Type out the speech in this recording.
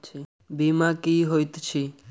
बीमा की होइत छी?